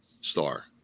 star